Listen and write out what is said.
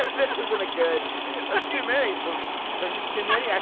this isn't a good there's too many from there's just too many, yeah